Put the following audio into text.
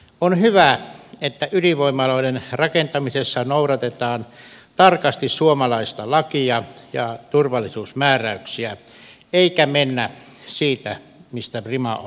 on hyvä että ydinvoimaloiden rakentamisessa noudatetaan tarkasti suomalaista lakia ja turvallisuusmääräyksiä eikä mennä siitä mistä rima on matalin